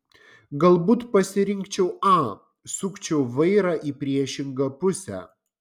galbūt pasirinkčiau a sukčiau vairą į priešingą pusę